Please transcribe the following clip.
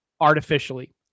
artificially